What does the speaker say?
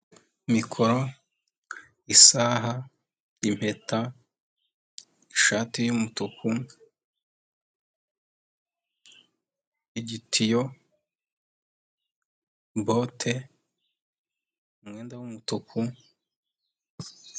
Mikoro, isaha impeta ishati y'umutuku, igitiyo bote umwenda w'umutuku.